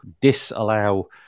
disallow